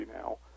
now